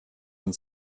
and